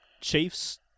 Chief's